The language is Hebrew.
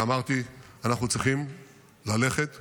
ואמרתי: אנחנו צריכים ללכת ולהוציא,